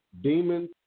Demons